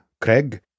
Craig